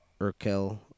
Urkel